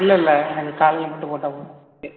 இல்லை இல்லை எனக்கு காலையில் மட்டும் போட்டால் போதும்